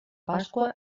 pasqua